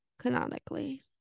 canonically